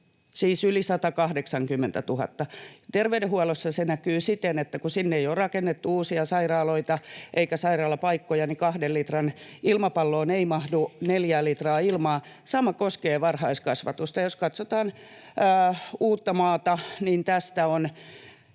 siis yli 180 000. Terveydenhuollossa se näkyy siten, että kun sinne ei ole rakennettu uusia sairaaloita eikä saatu sairaalapaikkoja, niin kahden litran ilmapalloon ei mahdu neljää litraa ilmaa. Sama koskee varhaiskasvatusta. Jos katsotaan Uuttamaata, niin noin